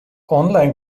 online